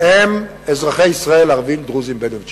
הם אזרחי ישראל ערבים, דרוזים, בדואים וצ'רקסים.